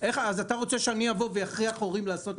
אז אתה רוצה שאני אבוא ואכריח הורים לעשות את זה?